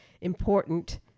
important